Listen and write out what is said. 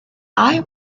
eye